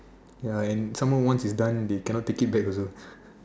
ya and some more once you done they cannot take it back the road